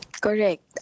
Correct